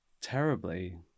terribly